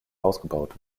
ausgebaut